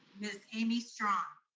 miss amy strong.